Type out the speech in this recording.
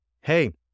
Hey